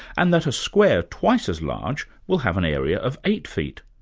and that a square twice as large will have an area of eight feet.